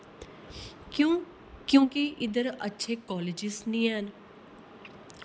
क्यो क्योंकि इद्धर अच्छे कालेजिस निं हैन